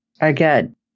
Again